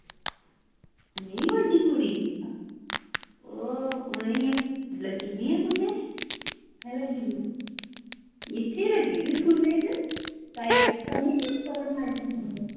मेरी बड्डी कुड़ी ओह् तुआईं लग्गी दी ऐ कुतै कुत्थे लग्गी दी इत्थे लग्गी दी स्कूलै च प्राइवेट जां कुतै मास्टरएआनी